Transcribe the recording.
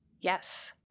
Yes